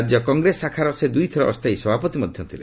ରାଜ୍ୟ କଂଗ୍ରେସ ଶାଖାର ସେ ଦୁଇଥର ଅସ୍ଥାୟୀ ସଭାପତି ମଧ୍ୟ ଥିଲେ